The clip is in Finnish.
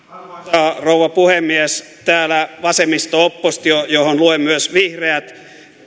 arvoisa rouva puhemies täällä vasemmisto oppositio johon luen myös vihreät